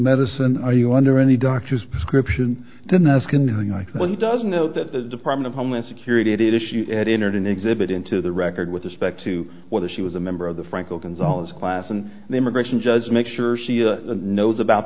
medicine are you under any doctor's prescription didn't ask him what he doesn't know that the department of homeland security at issue had entered an exhibit into the record with respect to whether she was a member of the frank opens all his class and the immigration judge make sure she knows about